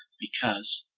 because,